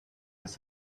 his